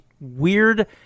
weird